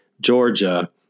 Georgia